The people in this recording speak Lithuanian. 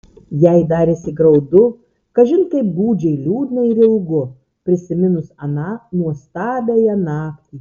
jai darėsi graudu kažin kaip gūdžiai liūdna ir ilgu prisiminus aną nuostabiąją naktį